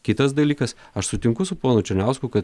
kitas dalykas aš sutinku su ponu černiausku kad